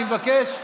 אני מבקש,